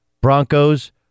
Broncos